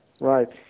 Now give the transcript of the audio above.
right